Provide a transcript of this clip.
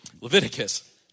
Leviticus